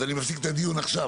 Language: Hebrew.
אז אני מפסיק את הדיון עכשיו,